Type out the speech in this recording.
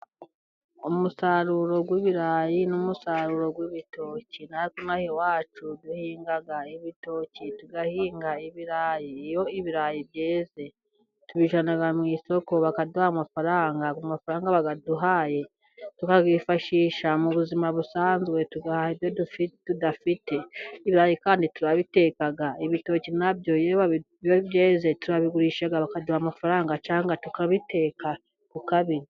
Umusaruro w'ibirayi n'umusaruro w'ibitoki, natwe ino aha iwacu duhinga ibitoki, tugahinga ibirayi ,iyo ibirayi byeze tubijyana mu isoko bakaduha amafaranga ayo mafaranga baduhaye tukayifashisha mu buzima busanzwe tugahaha ibyo tudafite, ibirayi kandi turabiteka, ibitoki na byo iyo byeze turabigurisha bakaduha amafaranga cyangwa tukabiteka kukabirya.